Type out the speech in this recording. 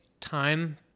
time